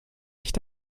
nicht